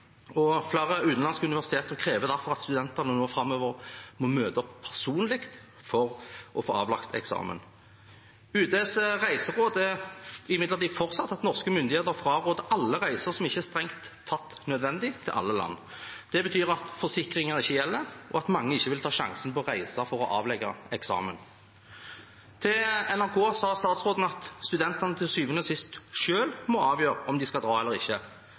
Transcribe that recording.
og flere utenlandske universiteter krever derfor at studentene nå framover må møte opp personlig for å få avlagt eksamen. UDs reiseråd er imidlertid fortsatt at norske myndigheter fraråder alle reiser, til alle land, som ikke er strengt tatt nødvendig. Det betyr at forsikringer ikke gjelder, og at mange ikke vil ta sjansen på å reise for å avlegge eksamen. Til NRK sa statsråden at studentene selv til syvende og sist må avgjøre om de skal dra eller ikke.